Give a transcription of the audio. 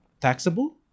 taxable